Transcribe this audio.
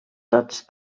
tots